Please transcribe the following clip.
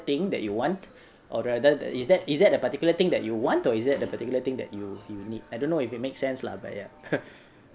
thing that you want or rather is that is that a particular thing that you want or is that a particular thing that you you need I don't know if it makes sense lah but ya